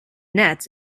nets